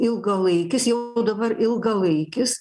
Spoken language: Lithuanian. ilgalaikis jau dabar ilgalaikis